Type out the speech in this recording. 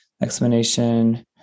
explanation